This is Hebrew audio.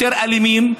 יותר אלימים,